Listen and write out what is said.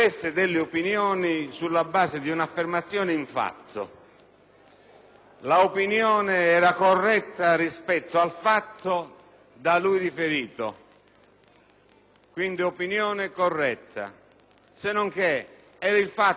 L'opinione era corretta rispetto al fatto da lui riferito, quindi opinione corretta, sennonché era il fatto sbagliato, ossia era un fatto inventato.